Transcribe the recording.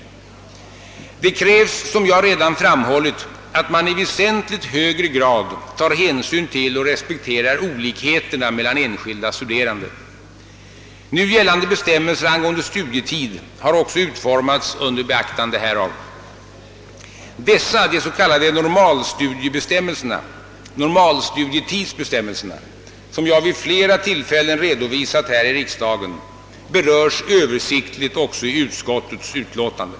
Det krävs — som jag redan framhållit — att man i väsentligt högre grad tar hänsyn till och respekterar olikheterna mellan enskilda studerande. Nu gällande bestämmelser angående studietiden har också utformats under beaktande härav. Dessa så kallade normalstudietidsbestämmelser, som jag vid flera tillfällen redovisat här i riksdagen, berörs översiktligt också i utskottets utlåtande.